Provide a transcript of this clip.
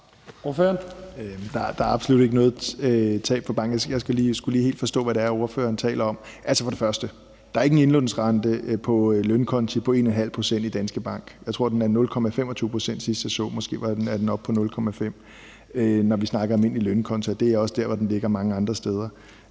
Der er absolut ikke noget tab for bankerne. Jeg skulle bare lige helt forstå, hvad det var, ordføreren talte om. Altså, for det første er der ikke en indlånsrente 1½ pct. på lønkonti i Danske Bank. Jeg tror, den var på 0,25 pct., sidst jeg så efter. Måske er den oppe på 0,5 pct., når vi snakker om en almindelig lønkonto, og det er også der, hvor den ligger mange andre steder.